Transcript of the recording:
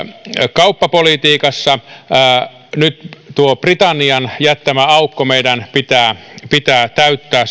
kauppapolitiikassa nyt tuo britannian jättämä aukko meidän pitää pitää täyttää